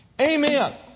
Amen